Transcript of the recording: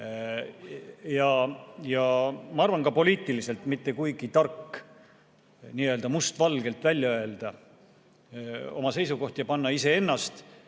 Ma arvan, et ka poliitiliselt ei ole mitte kuigi tark nii-öelda mustvalgelt välja öelda oma seisukoht ja panna iseennast